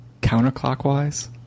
counterclockwise